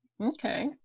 Okay